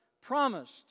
promised